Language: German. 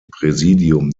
präsidium